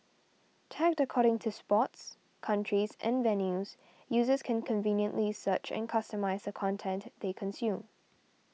tagged according to sports countries and venues users can conveniently search and customise content they consume